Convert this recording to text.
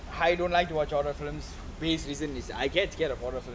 I don't like to watch horror films base reason is I get scared of horror films